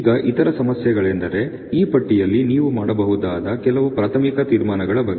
ಈಗ ಇತರ ಸಮಸ್ಯೆಗಳೆಂದರೆ ಈ ಪಟ್ಟಿಯಲ್ಲಿ ನೀವು ಮಾಡಬಹುದಾದ ಕೆಲವು ಪ್ರಾಥಮಿಕ ತೀರ್ಮಾನಗಳ ಬಗ್ಗೆ